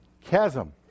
Chasm